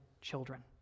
children